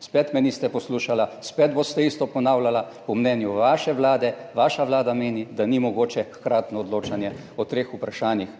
Spet me niste poslušali, spet boste isto ponavljala, po mnenju vaše vlade. Vaša vlada meni, da ni mogoče hkratno odločanje o treh vprašanjih,